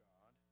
God